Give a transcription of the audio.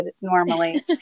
normally